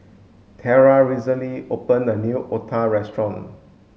terell recently opened a new otah restaurant